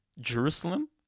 Jerusalem